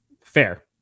fair